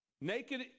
Naked